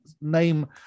name